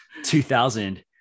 2000